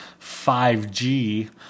5g